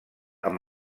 amb